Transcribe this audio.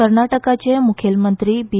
कर्नाटकाचे मुखेलमंत्री बी